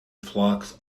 flocks